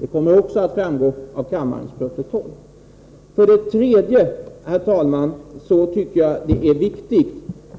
Detta kommer också att framgå av kammarens protokoll. För det tredje tycker jag att det är viktigt